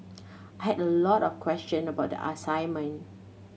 I had a lot of question about the assignment